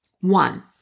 One